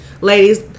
ladies